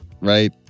right